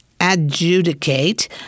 adjudicate